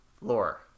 Lore